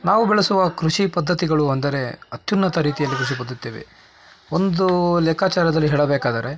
ನಾವು ಬೆಳೆಸುವ ಕೃಷಿ ಪದ್ಧತಿಗಳು ಅಂದರೆ ಅತ್ಯುನ್ನತ ರೀತಿಯಲ್ಲಿ ಕೃಷಿ ಪದ್ದತಿಯವೆ ಒಂದು ಲೆಕ್ಕಾಚಾರದಲ್ಲಿ ಹೇಳಬೇಕಾದರೆ